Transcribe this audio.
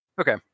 Okay